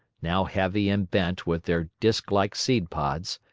now heavy and bent with their disk-like seed-pods,